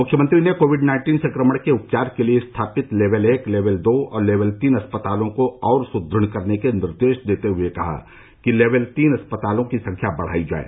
मुख्यमंत्री ने Covid nineteen संक्रमण के उपचार के लिये स्थापित लेवल एक लेवल दो और लेवल तीन अस्पतालों को और सुदृढ़ करने के निर्देश देते हुए कहा कि लेवल तीन अस्पतालों की संख्या बढ़ाई जाये